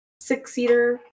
six-seater